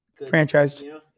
Franchised